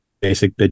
basic